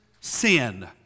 sin